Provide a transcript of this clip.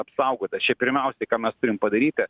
apsaugotas čia pirmiausia ką mes turim padaryti